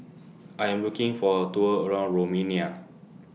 I Am looking For A Tour around Romania